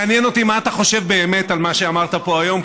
מעניין אותי מה אתה חושב באמת על מה שאמרת פה היום,